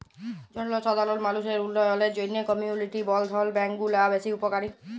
জলসাধারল মালুসের উল্ল্যয়লের জ্যনহে কমিউলিটি বলধ্ল ব্যাংক গুলা বেশ উপকারী